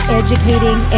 educating